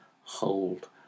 hold